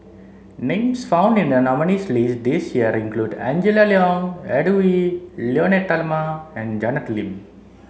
names found in the nominees' list this year include Angela Liong Edwy Lyonet Talma and Janet Lim